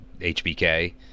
hbk